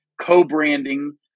co-branding